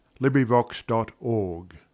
LibriVox.org